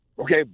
Okay